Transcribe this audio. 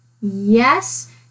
Yes